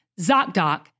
ZocDoc